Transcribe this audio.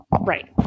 Right